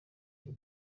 cy’u